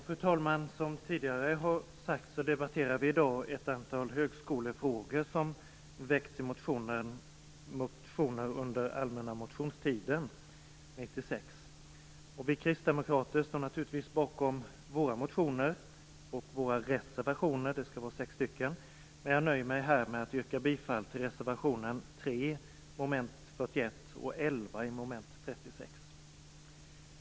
Fru talman! Som tidigare har sagts debatterar vi i dag ett antal högskolefrågor som har väckts i motioner från den allmänna motionstiden 1996. Vi kristdemokrater står bakom våra motioner och reservationer, sammanlagt sex stycken, men jag nöjer mig med att yrka bifall till reservation 3 vid mom. 41 och till reservation 11 vid mom. 36.